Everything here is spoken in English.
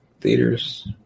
theaters